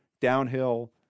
downhill